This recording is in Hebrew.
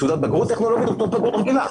תעודת בגרות טכנולוגית או תעודת בגרות רגילה.